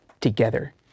together